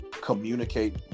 communicate